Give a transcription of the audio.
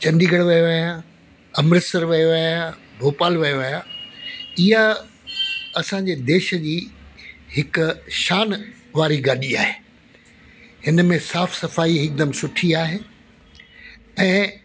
चंडीगढ़ वियो आहियां अमृतसर वियो आहियां भोपाल वियो आहियां ईआ असांजे देश जी हिकु शान वारी गाॾी आहे हिन में साफ़ सफ़ाई हिकदमि सुठी आहे ऐं